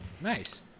nice